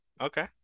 Okay